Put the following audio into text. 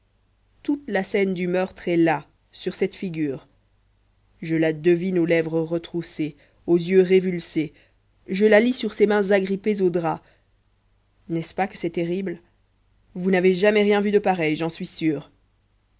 toute la scène du meurtre est là sur cette figure je la devine aux lèvres retroussées aux yeux révulsés je la lis sur ces mains agrippées aux draps n'est-ce pas que c'est terrible vous n'avez jamais rien vu de pareil j'en suis sûr